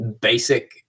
basic